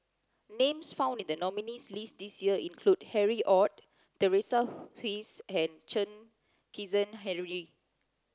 names found in the nominees' list this year include Harry Ord Teresa and Chen Kezhan Henri